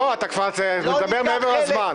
לא, אתה מדבר מעבר לזמן.